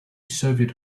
soviet